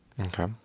Okay